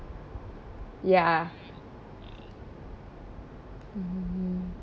ya mm